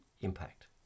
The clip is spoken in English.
impact